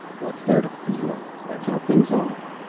what's there to feel? that's how things are.